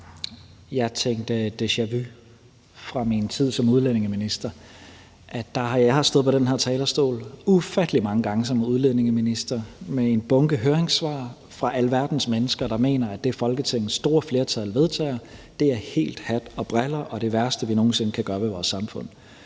Jeg tænker »deja vu« fra min tid som udlændingeminister. Jeg har stået på den her talerstol ufattelig mange gange som udlændingeminister med en bunke høringssvar fra alverdens mennesker, der mener, at det, Folketingets store flertal vedtager, er helt hat og briller og det værste, vi nogen sinde kan gøre ved vores samfund.